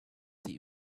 those